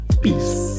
Peace